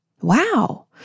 Wow